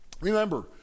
Remember